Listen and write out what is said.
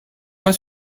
pas